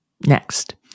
Next